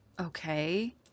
Okay